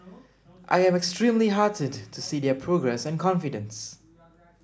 I am extremely heartened to see their progress and confidence